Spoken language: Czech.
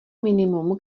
minimum